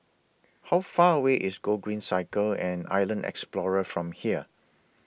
How Far away IS Gogreen Cycle and Island Explorer from here